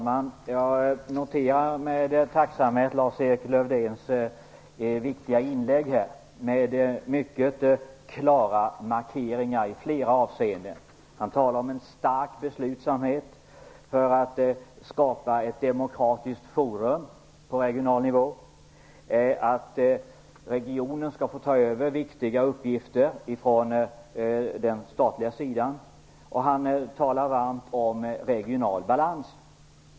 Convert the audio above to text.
Fru talman! Jag noterar med tacksamhet Lars-Erik Lövdéns viktiga inlägg. Det innehöll mycket klara markeringar i flera avseenden. Han talar om en stark beslutsamhet när det gäller att skapa ett demokratiskt forum på regional nivå. Han talar om att regionen skall få ta över viktiga uppgifter från den statliga sidan, och han talar varmt om regional balans.